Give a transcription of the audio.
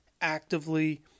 actively